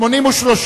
4 נתקבלה.